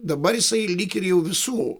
dabar jisai lyg ir jau visų